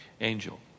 angel